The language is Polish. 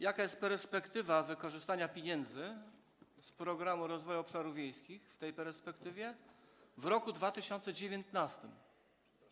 Jaka jest perspektywa wykorzystania pieniędzy z Programu Rozwoju Obszarów Wiejskich w tej perspektywie w roku 2019?